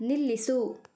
ನಿಲ್ಲಿಸು